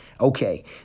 okay